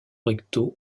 recto